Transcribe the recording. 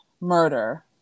murder